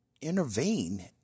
intervene